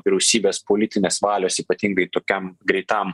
vyriausybės politinės valios ypatingai tokiam greitam